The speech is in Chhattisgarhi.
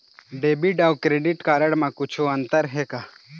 डेबिट अऊ क्रेडिट कारड म कुछू अंतर हे का?